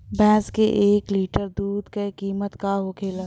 भैंस के एक लीटर दूध का कीमत का होखेला?